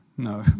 No